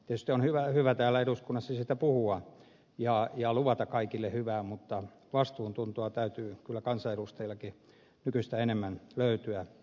tietysti on hyvä täällä eduskunnassa siitä puhua ja luvata kaikille hyvää mutta vastuuntuntoa täytyy kyllä kansanedustajiltakin nykyistä enemmän löytyä